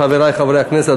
חברי חברי הכנסת,